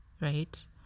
Right